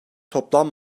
toplam